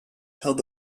held